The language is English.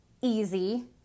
easy